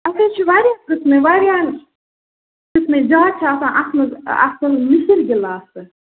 اَتھ حظ چھِ واریاہ قٕسمٕ واریاہ قٕسمٕکۍ زیادٕ چھِ آسان اَتھ منٛز اَصٕل لِسٕرۍ گِلاسہٕ